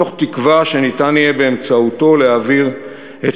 מתוך תקווה שניתן יהיה באמצעותו להעביר את